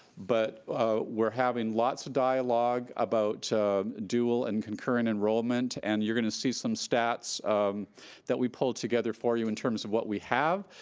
but we're having lots of dialogue about dual and concurrent enrollment and you're gonna see some stats um that we pulled together for you in terms of what we have,